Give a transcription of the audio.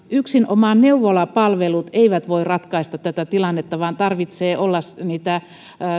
yksinomaan neuvolapalvelut eivät voi ratkaista tätä tilannetta vaan tarvitsee olla